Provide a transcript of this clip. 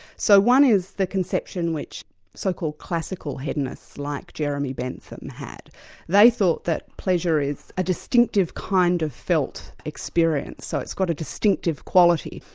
so one is the conception, which so-called classical hedonists like jeremy bentham had they thought that pleasure is a distinctive kind of felt experience, so it's got a distinctive quality.